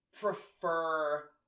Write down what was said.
prefer